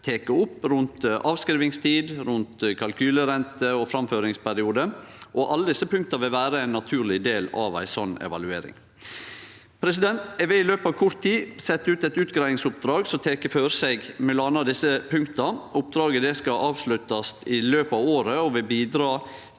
tek opp rundt avskrivingstid, kalkylerente og framføringsperiode, og alle desse punkta vil vere ein naturleg del av ei slik evaluering. Eg vil i løpet av kort tid setje ut eit utgreiingsoppdrag som tek for seg m.a. desse punkta. Oppdraget skal avsluttast i løpet av året og vil bidra